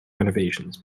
renovations